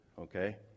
okay